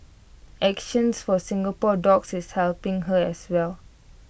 action for Singapore dogs is helping her as well